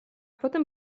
potem